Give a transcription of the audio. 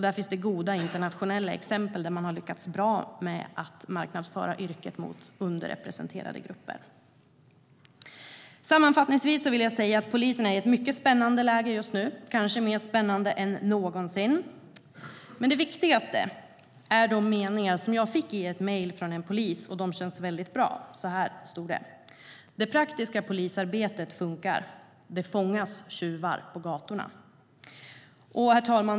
Det finns goda internationella exempel där man har lyckats bra med att marknadsföra yrket mot underrepresenterade grupper. Herr talman!